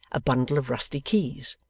a bundle of rusty keys.